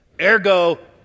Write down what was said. Ergo